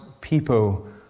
people